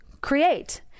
create